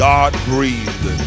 God-breathed